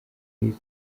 boys